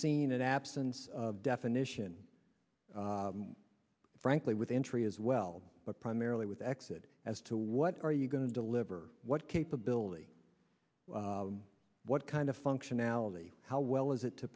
seen an absence of definition frankly with entry as well but primarily with exit as to what are you going to deliver what capability what kind of functionality how well is it to